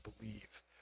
believe